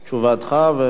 תשובתך.